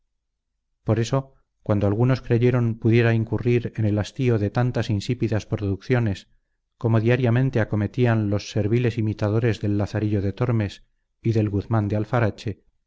por eso cuando algunos creyeron pudiera incurrir en el hastío de tantas insípidas producciones como diariamente acometían los serviles imitadores del lazarillo de tormes y del guzmán de